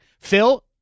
Phil